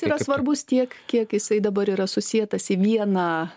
yra svarbus tiek kiek jisai dabar yra susietas į vieną